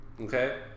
Okay